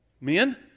Men